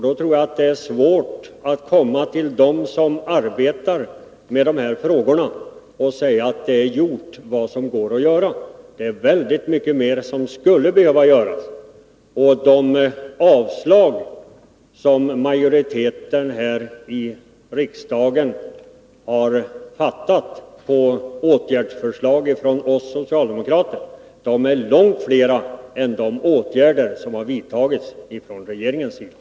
Då är det svårt att säga till dem som arbetar med dessa frågor att allt som går att göra är gjort. Väldigt mycket mer skulle behöva göras. De åtgärdsförslag från oss socialdemokrater som utskottsmajoriteten har styrkt är långt fler än de åtgärder som regeringen har vidtagit.